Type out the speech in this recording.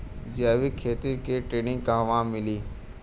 जैविक खेती के ट्रेनिग कहवा मिली?